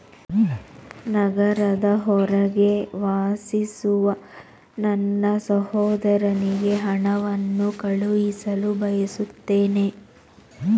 ನಗರದ ಹೊರಗೆ ವಾಸಿಸುವ ನನ್ನ ಸಹೋದರನಿಗೆ ಹಣವನ್ನು ಕಳುಹಿಸಲು ಬಯಸುತ್ತೇನೆ